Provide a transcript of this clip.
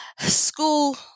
school